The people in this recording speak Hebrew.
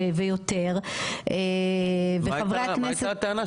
ויותר וחברי הכנסת --- מה הייתה הטענה,